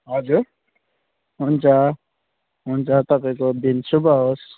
हजुर हुन्छ हुन्छ तपाईँको दिन शुभ होस्